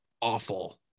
awful